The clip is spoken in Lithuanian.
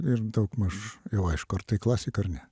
ir daugmaž jau aišku ar tai klasika ar ne